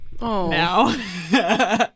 now